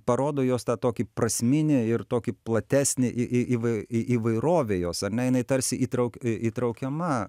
parodo jos tą tokį prasminį ir tokį platesnį į į į įvairovė jos ar ne jinai tarsi įtrauk įtraukiama